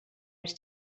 his